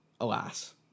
Alas